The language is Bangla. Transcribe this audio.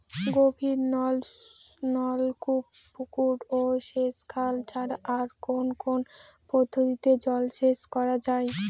গভীরনলকূপ পুকুর ও সেচখাল ছাড়া আর কোন কোন পদ্ধতিতে জলসেচ করা যায়?